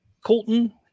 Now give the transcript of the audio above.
Colton